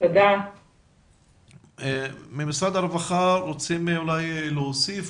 ממשרד הרווחה רוצים להוסיף?